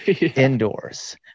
indoors